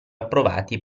approvati